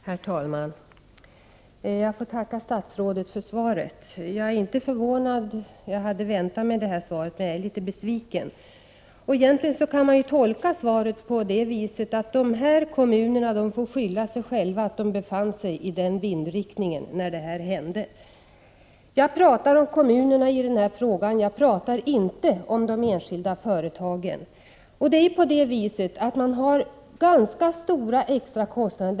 Herr talman! Jag får tacka statsrådet för svaret. Jag är inte förvånad, för jag hade väntat mig det svaret, men jag är litet besviken. Egentligen kan man tolka svaret på det viset att de här kommunerna får skylla sig själva att de befann sig i vindriktningen när olyckan inträffade. Det är kommunerna jag pratar om, inte de enskilda företagen. Kommunerna har förorsakats ganska stora extra kostnader.